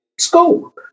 school